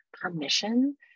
permission